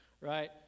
Right